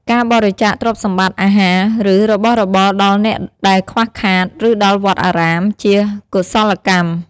ការបរិច្ចាគទ្រព្យសម្បត្តិ អាហារ ឬរបស់របរដល់អ្នកដែលខ្វះខាត ឬដល់វត្តអារាម ជាកុសលកម្ម។